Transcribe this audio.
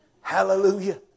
Hallelujah